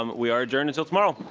um we are adjourned until tomorrow.